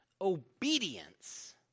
obedience